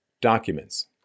documents